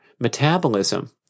metabolism